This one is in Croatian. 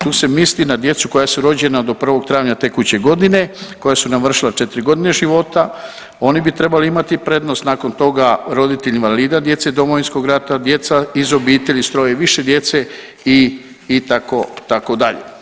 Tu se misli na djecu koja su rođena do 1. travnja tekuće godine i koja su navršila 4.g. života, oni bi trebali imati prednost, nakon toga roditelj invalida djece Domovinskog rata, djeca iz obitelji s troje i više djece i, itd.